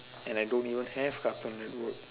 and I don't even have cartoon network